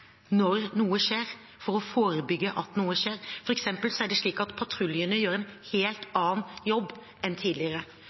når noe skjer, og for å forebygge at noe skjer.